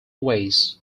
ways